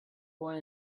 boy